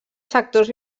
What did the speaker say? sectors